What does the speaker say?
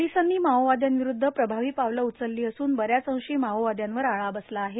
पोलिसांनी माओवादयांविरुदध प्रभावी पावले उचलली असून बऱ्याच अंशी माओवादयांवर आळा बसला आहे